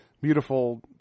beautiful